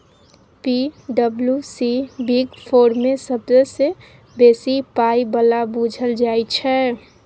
पी.डब्ल्यू.सी big four मे सबसँ बेसी पाइ बला बुझल जाइ छै